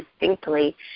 distinctly